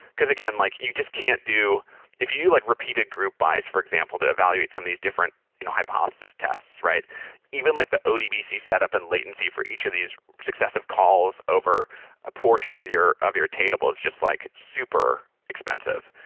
because, again, like you just can't do if you like repeat a group buys, for example, to evaluate some these different you know hypothesis tests, even like the odbc set up and latency for each of these successive calls over a portion of your of your is just like super expensive.